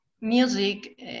music